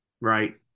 right